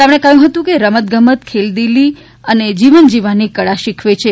તેમણે કહ્યું હતું કે રમત ગમત ખેલદીલી અને જીન જીવવાની કળા શીખવે છે